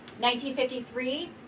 1953